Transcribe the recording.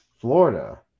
Florida